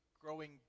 growing